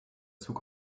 zug